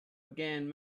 again